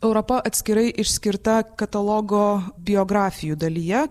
europa atskirai išskirta katalogo biografijų dalyje